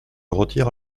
retire